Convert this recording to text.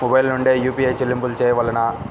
Mobile నుండే UPI చెల్లింపులు చేయవలెనా?